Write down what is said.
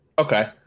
Okay